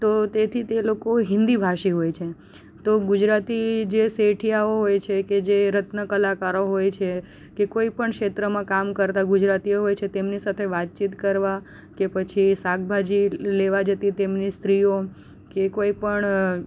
તો તેથી તે લોકો હિન્દી ભાષી હોય છે તો ગુજરાતી જે શેઠિયાઓ હોય છે કે જે રત્ન કલાકારો હોય છે કે કોઈપણ ક્ષેત્રમાં કામ કરતાં ગુજરાતીઓ હોય છે તેમની સાથે વાતચીત કરવા કે પછી શાકભાજી લેવા જતી તેમની સ્ત્રીઓ કે કોઈપણ